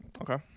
Okay